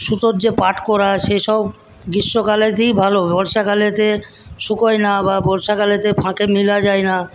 সুতোর যে পাট করা সেসব গ্রীষ্মকালেতেই ভালো বর্ষাকালেতে শুকোয় না বা বর্ষাকালেতে ফাঁকে মেলা যায় না